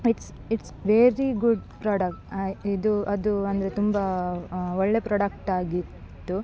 it's it's very good product ಇದು ಅದು ಅಂದರೆ ತುಂಬ ಒಳ್ಳೆಯ ಪ್ರಾಡಕ್ಟಾಗಿತ್ತು